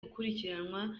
gukurikiranwa